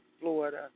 Florida